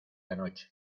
anoche